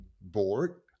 board